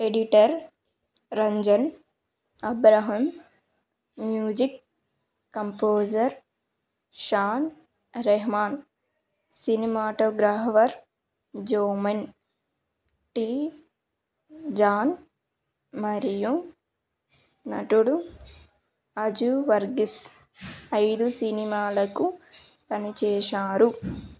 editor Ranjan Abraham music composer Shaan Rahman cinematographer Jomon T John మరియు నటుడు అజు వర్గిస్ ఐదు సినిమాలకు పనిచేశారు